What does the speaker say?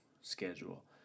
schedule